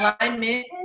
alignment